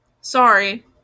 Sorry